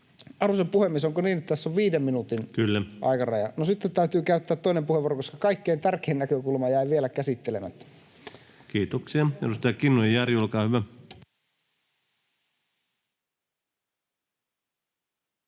Arvoisa puhemies! Onko niin, että tässä on 5 minuutin aikaraja? [Puhemies: Kyllä!] No, sitten täytyy käyttää toinen puheenvuoro, koska kaikkein tärkein näkökulma jäi vielä käsittelemättä. Kiitoksia. — Edustaja Kinnunen, Jari, olkaa hyvä.